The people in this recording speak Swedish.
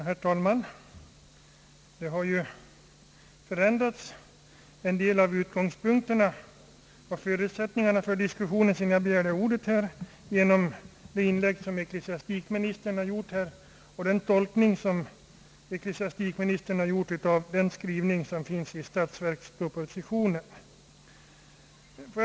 Herr talman! Sedan jag begärde ordet har utgångspunkterna och förutsättningarna för diskussionen här i viss mån förändrats genom den tolkning, som ecklesiastikministern har givit av skrivningen i statsverkspropositionen.